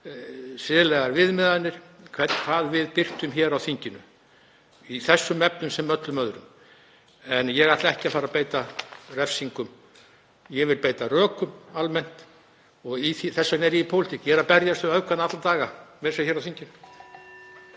siðlegar viðmiðanir um það hvað við birtum hér á þinginu í þessum efnum sem öllum öðrum. Ég ætla ekki að fara að beita refsingum. Ég vil beita rökum almennt og þess vegna er ég í pólitík, ég er að berjast við öfgana alla daga, meira að segja hér á þinginu.